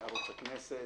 ערוץ הכנסת,